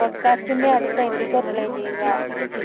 പോഡ്കാസ്റ്റിൻ്റെ അടുത്ത episode play ചെയ്യുക